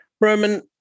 Roman